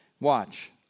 watch